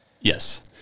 yes